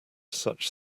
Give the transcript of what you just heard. such